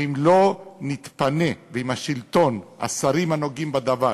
ואם לא נתפנה, ואם השלטון, השרים הנוגעים בדבר,